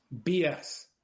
BS